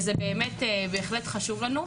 זה בהחלט חשוב לנו.